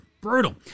Brutal